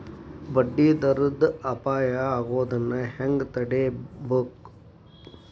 ಬಡ್ಡಿ ದರದ್ ಅಪಾಯಾ ಆಗೊದನ್ನ ಹೆಂಗ್ ತಡೇಬಕು?